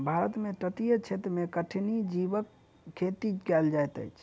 भारत में तटीय क्षेत्र में कठिनी जीवक खेती कयल जाइत अछि